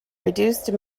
reduced